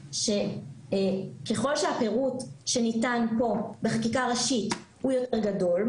ככל שהפירוט שניתן בחקיקה ראשית הוא יותר גדול,